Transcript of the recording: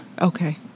Okay